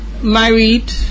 married